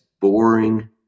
Boring